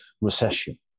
recession